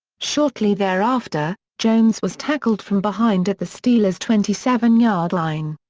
shortly thereafter, jones was tackled from behind at the steelers' twenty seven yard-line.